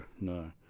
no